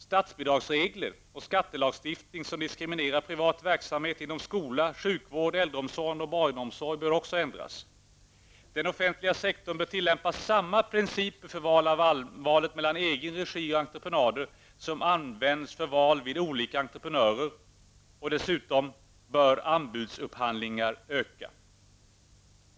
Statsbidragsregler och skattelagstiftning som diskriminerar privat verksamhet inom skola, sjukvård, äldreomsorg och barnomsorg bör också ändras. Den offentliga sektorn bör tillämpa samma principer för val mellan egen regi och entreprenad som används för val vid olika entreprenörer, och anbudsupphandlingar bör dessutom öka.